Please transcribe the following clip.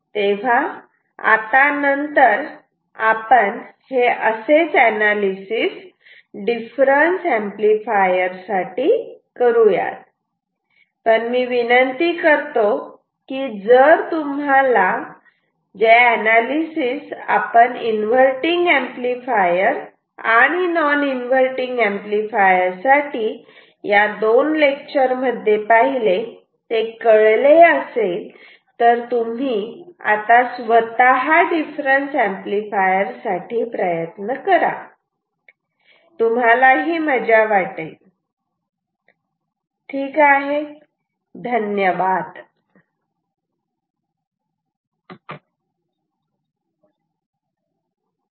तेव्हा आता नंतर आपण हे असेच अनालिसिस डिफरन्स एंपलीफायर साठी करूयात पण मी विनंती करतो की जर तुम्हाला जे अनालिसिस आपण इन्व्हर्टटिंग एंपलीफायर आणि नॉन इन्व्हर्टटिंग एंपलीफायर साठी या दोन लेक्चर मध्ये पाहिले ते कळले असेल तर तुम्ही आता स्वतः डिफरन्स एंपलीफायर साठी प्रयत्न करा तुम्हालाही मजा वाटेल